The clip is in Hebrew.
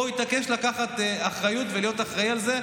פה הוא התעקש לקחת אחריות ולהיות אחראי לזה.